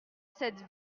cette